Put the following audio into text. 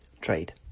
Trade